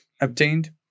obtained